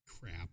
crap